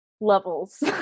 levels